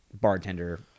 bartender